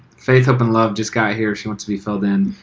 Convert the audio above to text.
faith, hope and love just got here. she wants to be filled in.